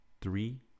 three